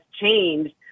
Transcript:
changed